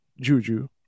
juju